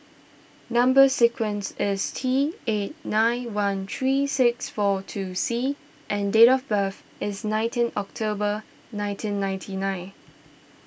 Number Sequence is T eight nine one three six four two C and date of birth is nineteen October nineteen ninety nine